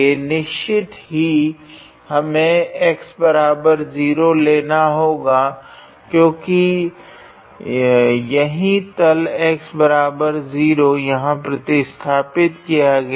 निश्चित ही हमें x0 लेना होगा क्योकि यही तल x0 यहाँ प्रतिस्थापित किया गया है